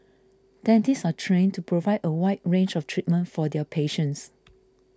dentists are trained to provide a wide range of treatment for their patients